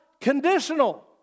conditional